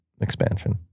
expansion